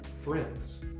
friends